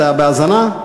אתה בהאזנה?